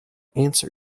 answer